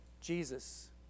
Jesus